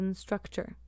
structure